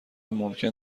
ممکن